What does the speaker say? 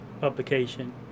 publication